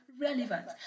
relevant